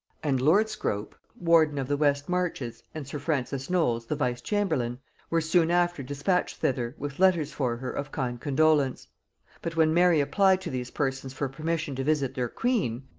and lord scrope warden of the west marches and sir francis knolles the vice-chamberlain were soon after dispatched thither with letters for her of kind condolence but when mary applied to these persons for permission to visit their queen,